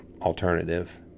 alternative